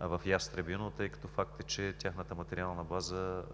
в Ястребино, тъй като факт е, че тяхната материална база